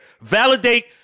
Validate